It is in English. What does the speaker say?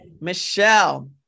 Michelle-